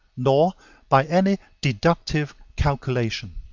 nor by any deductive calculation.